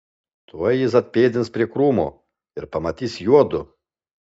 tuoj jis atpėdins prie krūmo ir pamatys juodu